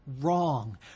wrong